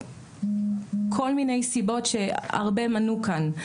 כל מיני סיבות שהרבה מנו כאן.